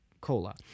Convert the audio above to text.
Cola